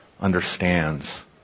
understands